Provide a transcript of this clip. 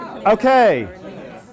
Okay